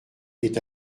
est